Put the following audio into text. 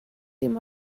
dim